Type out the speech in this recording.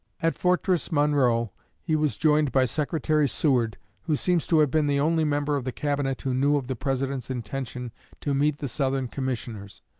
at fortress monroe he was joined by secretary seward, who seems to have been the only member of the cabinet who knew of the president's intention to meet the southern commissioners.